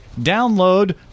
download